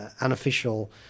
unofficial